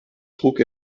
trug